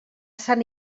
sant